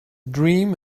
dream